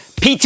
PT